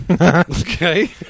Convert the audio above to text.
Okay